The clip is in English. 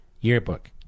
Yearbook